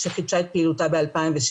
שחידשה את פעילותה ב-2016,